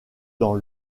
dans